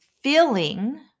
feeling